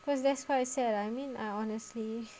cause that's why I said I mean I honestly